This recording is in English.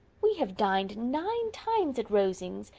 we have dined nine times at rosings,